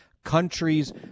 countries